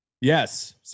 Yes